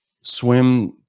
swim